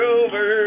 over